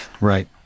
Right